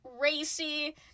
racy